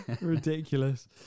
ridiculous